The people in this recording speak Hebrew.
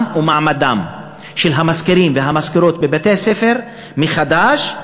ומעמדם של המזכירים והמזכירות בבתי-הספר מחדש,